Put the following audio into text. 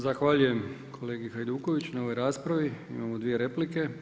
Zahvaljujem kolegi Hajdukoviću na ovoj raspravi, imamo dvije replike.